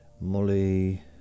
Molly